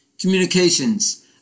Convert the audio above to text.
communications